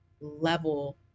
level